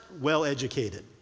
well-educated